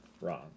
Wrong